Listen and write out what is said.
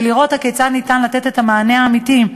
ולראות כיצד אפשר לתת את המענה האמיתי,